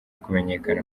kumenyekana